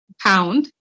pound